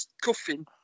coughing